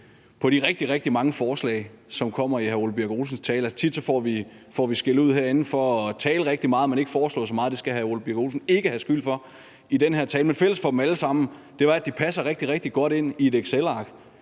rigtig mange forslag, som kommer i hr. Ole Birk Olesens tale. Tit får vi herinde skældud for at tale rigtig meget, men ikke foreslå så meget, og det skal hr. Ole Birk Olesen ikke have skyld for i den her tale, men fælles for dem alle sammen er jo, at de passer rigtig, rigtig godt ind i et excelark